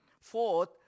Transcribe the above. Fourth